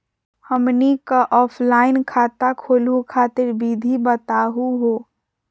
हमनी क ऑफलाइन खाता खोलहु खातिर विधि बताहु हो?